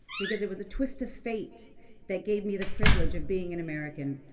because it was a twist of fate that gave me the privilege of being an american,